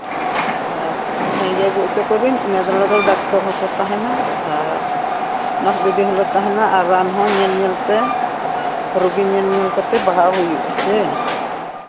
ᱦᱳᱭ ᱡᱟᱦᱟᱸᱭ ᱜᱮ ᱟᱹᱜᱩ ᱦᱚᱪᱚ ᱠᱚᱵᱤᱱ ᱟᱞᱟᱫᱟ ᱟᱞᱟᱫᱟ ᱰᱟᱠᱴᱚᱨ ᱦᱚᱸᱠᱚ ᱛᱟᱦᱮᱱᱟ ᱟᱨ ᱱᱟᱨᱥ ᱫᱤᱫᱤ ᱦᱚᱸᱞᱮ ᱛᱟᱦᱮᱱᱟ ᱟᱨ ᱨᱟᱱ ᱦᱚᱸ ᱧᱮᱞ ᱧᱮᱞ ᱛᱮ ᱨᱩᱜᱤ ᱧᱮᱞ ᱧᱮᱞ ᱠᱟᱛᱮᱫ ᱞᱟᱦᱟᱜ ᱦᱩᱭᱩᱜᱼᱟ ᱥᱮ